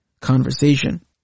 conversation